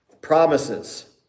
promises